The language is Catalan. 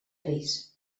crist